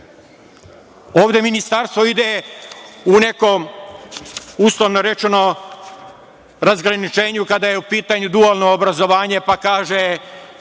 Ministarstvo ide u nekom uslovno rečeno, razgraničenju kada je u pitanju dualno obrazovanje, pa kaže